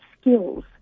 skills